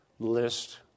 list